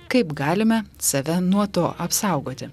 kaip galime save nuo to apsaugoti